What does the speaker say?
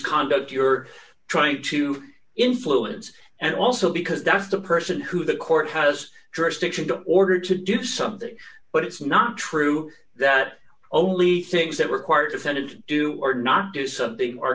conduct you're trying to influence and also because that's the person who the court has jurisdiction to order to do something but it's not true that only things that require a defendant do or not do something